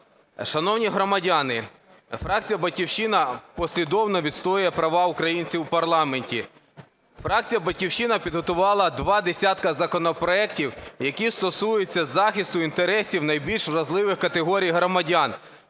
Шановні громадяни, фракція "Батьківщина" послідовно відстоює права українців в парламенті. Фракція "Батьківщина" підготувала два десятки законопроектів, які стосуються захисту інтересів найбільш вразливих категорій громадян,